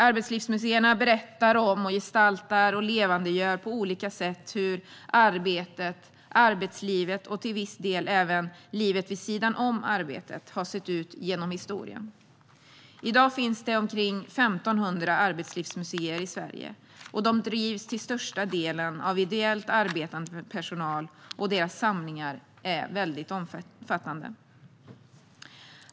Arbetslivsmuseerna berättar om, gestaltar och levandegör på olika sätt hur arbetet, arbetslivet och till viss del även livet vid sidan om arbetet har sett ut genom historien. I dag finns det omkring 1 500 arbetslivsmuseer i Sverige. De drivs till stor del av ideellt arbetande personal, och deras samlingar är mycket omfattande.